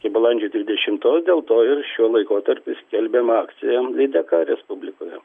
iki balandžio dvidešimtos dėl to ir šiuo laikotarpiu skelbiama m lydeka respublikoje